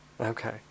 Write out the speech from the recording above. Okay